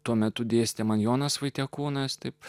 tuo metu dėstė man jonas vaitekūnas taip